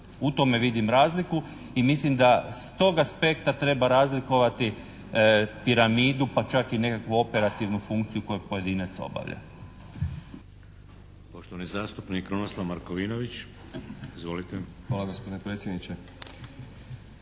U tome vidim razliku i mislim da s tog aspekta treba razlikovati piramidu pa čak i nekakvu operativnu funkciju koju pojedinac obavlja.